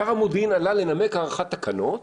שר המודיעין עלה לנמק הארכת תקנות